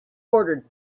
ordered